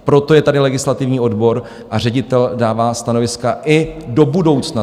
Proto je tady legislativní odbor a ředitel dává stanoviska i do budoucna.